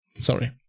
Sorry